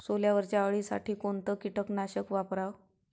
सोल्यावरच्या अळीसाठी कोनतं कीटकनाशक वापराव?